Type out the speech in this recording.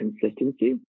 consistency